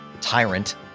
tyrant